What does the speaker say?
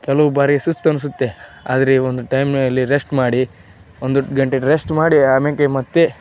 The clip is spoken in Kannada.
ಕೆಲವು ಬಾರಿ ಸುಸ್ತು ಅನಿಸುತ್ತೆ ಆದರೆ ಒಂದು ಟೈಮ್ನಲ್ಲಿ ರೆಸ್ಟ್ ಮಾಡಿ ಒಂದು ಗಂಟೆ ರೆಸ್ಟ್ ಮಾಡಿ ಆಮ್ಯಾಕ್ಕೆ ಮತ್ತೆ